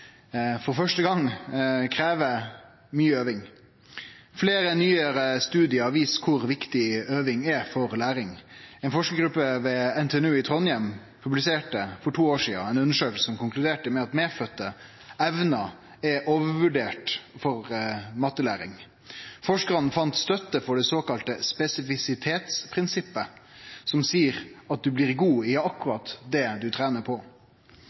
for første gong krev mykje øving. Fleire nyare studiar viser kor viktig øving er for læring. Ei forskargruppe ved NTNU i Trondheim publiserte for to år sidan ei undersøking som konkluderte med at medfødde evner er overvurderte når det gjeld mattelæring. Forskarane fann støtte for det såkalla spesifisitetsprinsippet, som seier at ein blir god i akkurat det ein trener på.